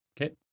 okay